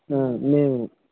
మేము